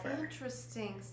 Interesting